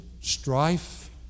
strife